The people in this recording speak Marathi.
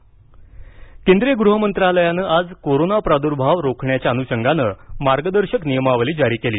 मार्गदर्शक नियमावली केंद्रीय गृह मंत्रालयानं आज कोरोना प्रादूर्भाव रोखण्याच्या अनुषंगानं मार्गदर्शक नियमावली जारी केली